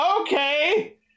Okay